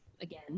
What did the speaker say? again